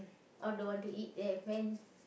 all don't want to eat then when